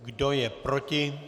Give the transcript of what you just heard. Kdo je proti?